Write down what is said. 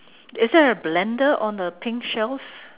is there a blender on the pink shelf